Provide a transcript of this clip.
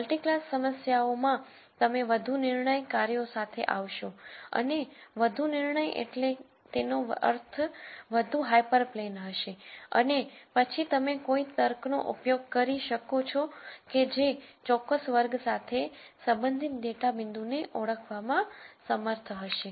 multi class સમસ્યાઓમાં તમે વધુ નિર્ણય કાર્યો સાથે આવશો અને વધુ નિર્ણય એટલે તેનો અર્થ વધુ હાયપરપ્લેન હશે અને પછી તમે કોઈ તર્કનો ઉપયોગ કરી શકો છો કે જે કોઈ ચોક્કસ વર્ગ સાથે સંબંધિત ડેટા પોઈન્ટ ને ઓળખવામાં સમર્થ હશે